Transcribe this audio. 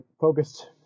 focused